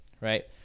right